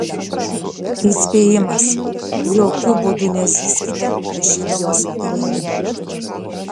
įspėjimas jokiu būdų nezyzkite prašydamos pinigų